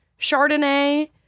Chardonnay